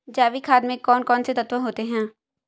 जैविक खाद में कौन कौन से तत्व होते हैं?